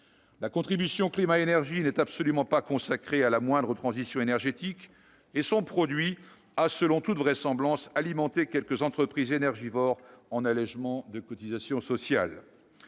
La contribution climat-énergie n'est absolument pas consacrée à la moindre transition énergétique et son produit a, selon toute vraisemblance, alimenté quelques entreprises énergivores en allégements de cotisations sociales.